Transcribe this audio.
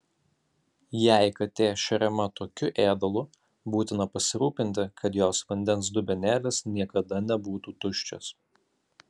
jei katė šeriama tokiu ėdalu būtina pasirūpinti kad jos vandens dubenėlis niekada nebūtų tuščias